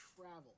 travel